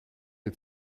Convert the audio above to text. der